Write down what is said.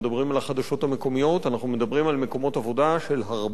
המקומיות אנחנו מדברים על מקומות עבודה של הרבה אנשים,